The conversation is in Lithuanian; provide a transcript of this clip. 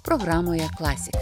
programoje klasika